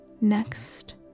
next